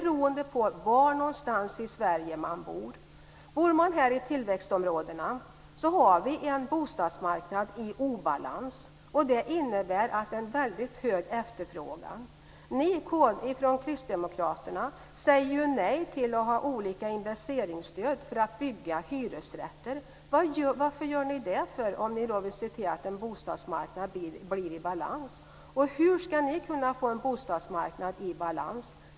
Det beror på var någonstans i Sverige man bor. I tillväxtområdena är bostadsmarknaden i obalans. Det innebär att efterfrågan är väldigt hög. Ni från kristdemokraterna säger ju nej till olika investeringsstöd för byggande av hyresrätter. Varför gör ni det, om ni nu vill att bostadsmarknaden ska vara i balans? Hur ska ni kunna få en bostadsmarknad i balans?